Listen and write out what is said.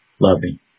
loving